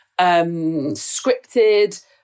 scripted